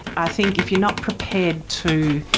i think if you're not prepared to